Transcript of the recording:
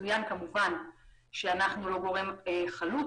יצוין שאנחנו לא גורם חלוט.